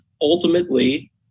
Ultimately